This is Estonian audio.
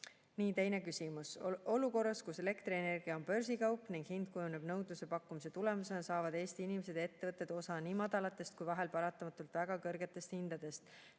võrgutasu. Teine küsimus: "Olukorras, kus elektrienergia on börsikaup ning hind kujuneb nõudluse ja pakkumise tulemusena, saavad Eesti inimesed ja ettevõtted osa nii madalatest kui vahel paratamatult ka väga kõrgetest hindadest,